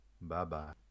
Bye-bye